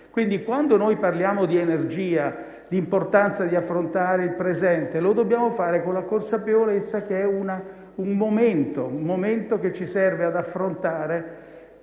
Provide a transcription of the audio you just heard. Quando quindi parliamo di energia e dell'importanza di affrontare il presente, lo dobbiamo fare con la consapevolezza che è una un momento che ci serve ad affrontare